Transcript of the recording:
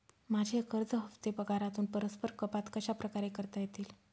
माझे कर्ज हफ्ते पगारातून परस्पर कपात कशाप्रकारे करता येतील?